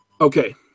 Okay